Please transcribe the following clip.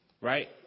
right